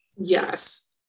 Yes